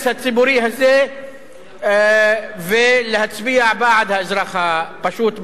הציבורי הזה ולהצביע בעד האזרח הפשוט,